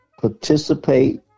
participate